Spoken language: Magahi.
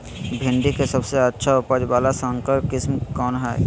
भिंडी के सबसे अच्छा उपज वाला संकर किस्म कौन है?